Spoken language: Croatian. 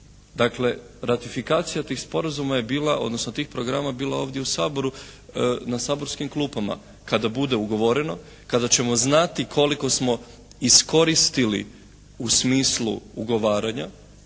dakle ratifikacija tih sporazuma je bila, odnosno tih programa je bila ovdje u Saboru na saborskim klupama. Kada bude ugovoreno, kada ćemo znati koliko smo iskoristili u smislu ugovaranja